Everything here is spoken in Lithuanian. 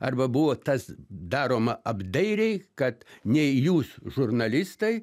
arba buvo tas daroma apdairiai kad nei jūs žurnalistai